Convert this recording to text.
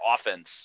offense